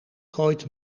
gooit